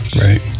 right